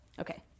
Okay